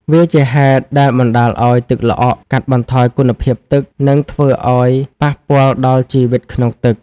វាជាហេតុដែលបណ្ដាលឲ្យទឹកល្អក់ កាត់បន្ថយគុណភាពទឹក និងធ្វើឲ្យប៉ះពាល់ដល់ជីវិតក្នុងទឹក។